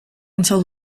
until